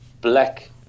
black